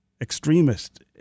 extremist